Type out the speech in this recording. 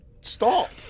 stop